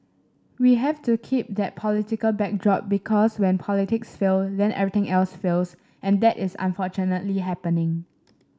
we have to keep that political backdrop because when politics fail then everything else fails and that is unfortunately happening